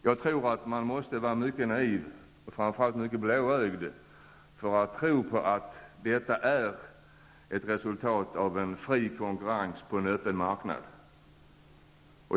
Jag tror att den måste vara mycket naiv, och framför allt mycket blåögd, som tror att detta är resultatet av en fri konkurrens på en öppen marknad.